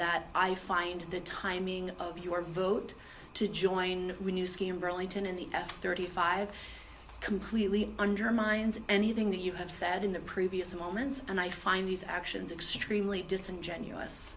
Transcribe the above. that i find the timing of your vote to join when you ski in burlington in the f thirty five completely undermines anything that you have said in the previous moments and i find these actions extremely disingenuous